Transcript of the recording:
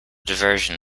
diversion